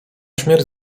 śmierć